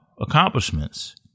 accomplishments